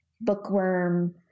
bookworm